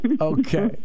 Okay